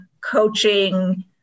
coaching